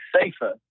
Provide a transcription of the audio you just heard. safer